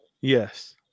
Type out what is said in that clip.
Yes